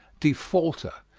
defaulter,